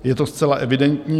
Je to zcela evidentní.